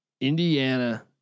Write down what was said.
Indiana